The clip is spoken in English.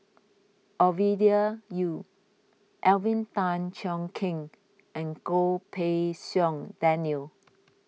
Ovidia Yu Alvin Tan Cheong Kheng and Goh Pei Siong Daniel